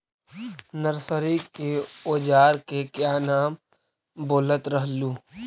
Nursery के ओजार के क्या नाम बोलत रहलू?